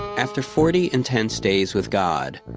after forty intense days with god,